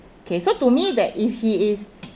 okay so to me that if he is